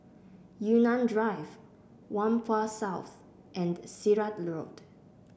Yunnan Drive Whampoa South and Sirat Road